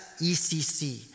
ECC